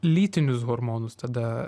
lytinius hormonus tada